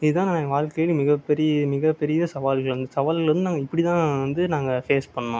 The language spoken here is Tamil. இதான் என் வாழ்க்கையில் மிக பெரிய மிக பெரிய சவால்கள் சவால்கள் வந்து நாங்கள் இப்படித் தான் நாங்கள் பேஸ் பண்ணிணோம்